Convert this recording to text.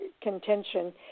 contention